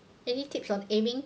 any tips on aiming